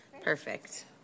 Perfect